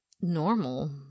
normal